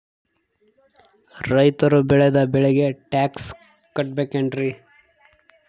ರೈತರು ಬೆಳೆದ ಬೆಳೆಗೆ ಟ್ಯಾಕ್ಸ್ ಕಟ್ಟಬೇಕೆನ್ರಿ?